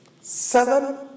seven